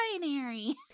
binary